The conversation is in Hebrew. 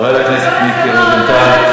חבר הכנסת מיקי רוזנטל,